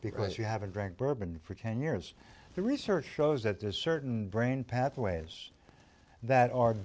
because you have a drink bourbon for ten years the research shows that there's certain brain pathways that are